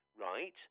right